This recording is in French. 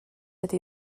cette